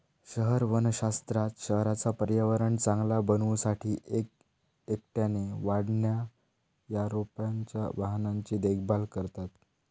शहर वनशास्त्रात शहराचा पर्यावरण चांगला बनवू साठी एक एकट्याने वाढणा या रोपांच्या वाहनांची देखभाल करतत